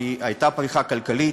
כי הייתה פריחה כלכלית.